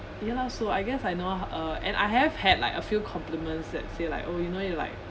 ya lah so I guess I know h~ uh and I have had like a few compliments that say like oh you know you like